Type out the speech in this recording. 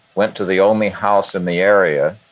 went to the only house in the area